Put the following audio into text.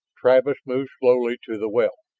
travis moved slowly to the well.